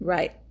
Right